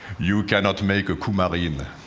you cannot make a coumarin.